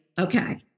Okay